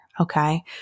Okay